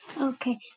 Okay